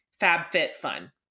FabFitFun